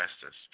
justice